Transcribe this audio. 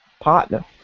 Partner